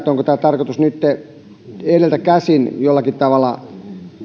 onko tämä tarkoitus nyt edeltä käsin jollakin tavalla